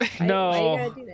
No